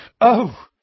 Oh